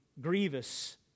grievous